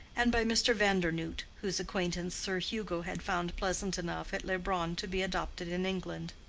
and by mr. vandernoodt, whose acquaintance sir hugo had found pleasant enough at leubronn to be adopted in england.